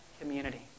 community